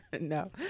No